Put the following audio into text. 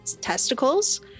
testicles